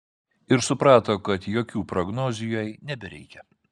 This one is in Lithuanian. ir suprato kad jokių prognozių jai nebereikia